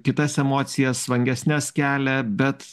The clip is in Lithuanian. kitas emocijas vangesnes kelią bet